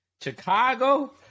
Chicago